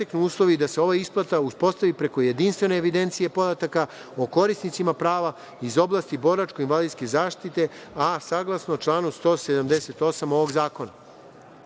da se ova isplata uspostavi preko jedinstvene evidencije podataka o korisnicima prava iz oblasti boračko-invalidske zaštite, a saglasno članu 178. ovog zakona. Propisi